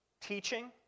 teaching